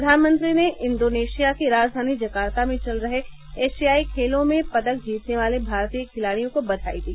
प्रधानमंत्री ने इंडोनेशिया की राजधानी जकार्ता में चल रहे एशियाई खेलों में पदक जीतने वाले भारतीय खिलाड़ियों को बधाई दी